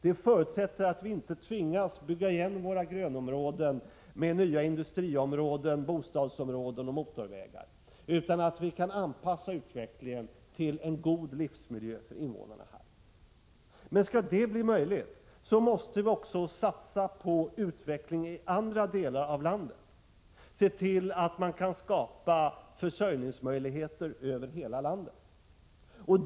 Det förutsätter att vi inte tvingas bygga igen de gröna ytorna med nya industriområden, bostadsområden och motorvägar, utan att vi kan anpassa utvecklingen till en god livsmiljö för invånarna här. Men skall det bli möjligt, så måste vi också satsa på utvecklingen i andra delar av landet, se till att man kan skapa försörjningsmöjligheter över hela landet.